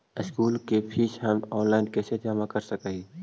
School के fees हम online कैसे जमा कर सक हिय?